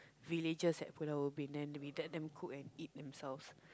villagers at Pulau-Ubin then we let them cook and eat themselves